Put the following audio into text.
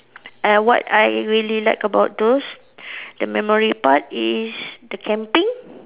and what I really liked about those the memory part is the camping